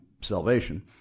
salvation